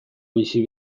bizi